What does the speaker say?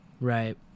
Right